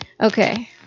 okay